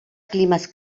climes